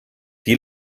die